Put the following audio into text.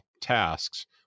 tasks